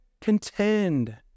Contend